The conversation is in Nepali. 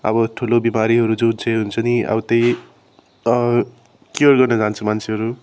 अबो ठुलो बिमारीहरू जुन चाहिँ हुन्छ नि अब त्यही क्योर गर्न जान्छ मान्छेहरू